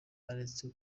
aretse